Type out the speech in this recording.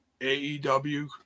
AEW